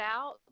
out